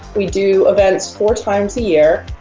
we do events four times a year.